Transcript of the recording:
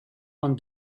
von